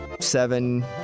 seven